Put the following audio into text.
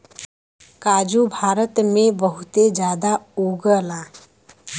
काजू भारत में बहुते जादा उगला